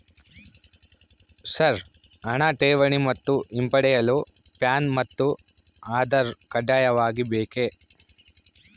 Sir ಹಣ ಠೇವಣಿ ಮತ್ತು ಹಿಂಪಡೆಯಲು ಪ್ಯಾನ್ ಮತ್ತು ಆಧಾರ್ ಕಡ್ಡಾಯವಾಗಿ ಬೇಕೆ?